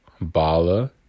Bala